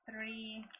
three